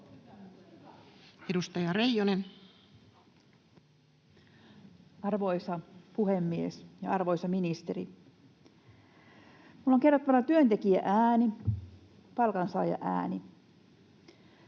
19:12 Content: Arvoisa puhemies! Arvoisa ministeri! Minulla on kerrottavana työntekijä-ääni, palkansaajaääni.